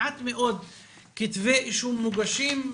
מעט מאוד כתבי אישום מוגשים,